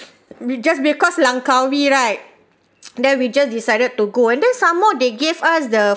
we just because langkawi right then we just decided to go and then some more they give us the